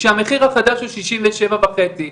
כשהמחיר החדש הוא שישים ושבע וחצי.